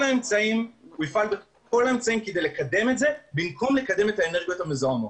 האמצעים כדי לקדם את זה במקום לקדם את האנרגיות המזוהמות.